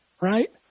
right